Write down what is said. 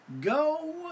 Go